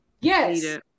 Yes